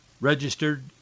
registered